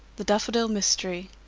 the daffodil mystery,